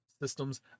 systems